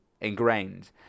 ingrained